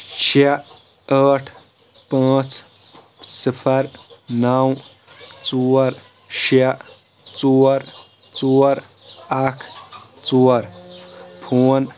شےٚ ٲٹھ پانٛژھ صِفر نَو ژور شےٚ ژور ژور اَکھ ژور فون